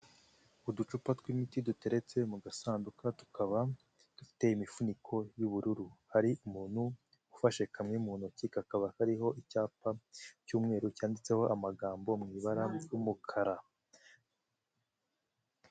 Uducupa tw'imiti duteretse mu gasanduka tukaba dufite imifuniko y'ubururu, hari umuntu ufashe kamwe mu ntoki, kakaba hariho icyapa cy'umweru cyanditseho amagambo mu ibara ry'umukara.